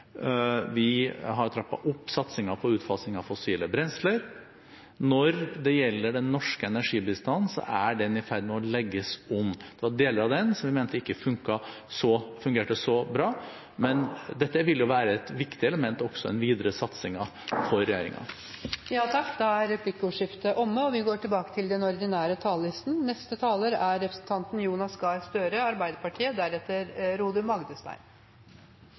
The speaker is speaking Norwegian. Vi har trappet opp satsingen på utfasing av fossile brensler. Når det gjelder den norske energibistanden, er den i ferd med å legges om. Det var deler av den som vi mente ikke fungerte så bra, men dette vil være et viktig element også i den videre satsingen for